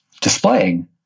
displaying